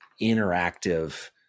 interactive